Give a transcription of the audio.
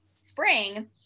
spring